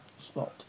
spot